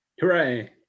Hooray